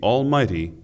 Almighty